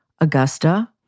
Augusta